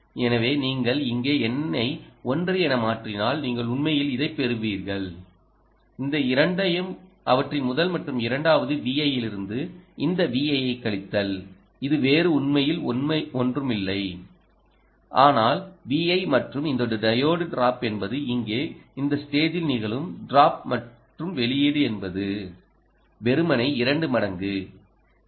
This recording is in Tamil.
எனவே நீங்கள் இங்கே N ஐ 1 என மாற்றினால் நீங்கள் உண்மையில் இதைப் பெறுவீர்கள் இந்த இரண்டையும் அவற்றின் முதல் மற்றும் இரண்டாவது Vi யிலிருந்து இந்த Vi ஐ கழித்தல் இது வேறு உண்மையில் ஒன்றுமில்லை ஆனால் Vi மற்றும் இந்த டையோடு டிராப் என்பது இங்கே இந்த ஸ்டேஜில் நிகழும் டிராப் மற்றும் வெளியீடு என்பது வெறுமனே 2 மடங்கு இந்த